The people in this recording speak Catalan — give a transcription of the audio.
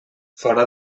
fora